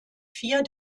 vier